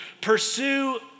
pursue